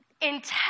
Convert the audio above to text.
intense